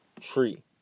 tree